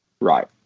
right